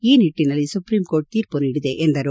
ಈ ನಿಟ್ಟನಲ್ಲಿ ಸುಪ್ರೀಂಕೋರ್ಟ್ ತೀರ್ಮ ನೀಡಿದೆ ಎಂದರು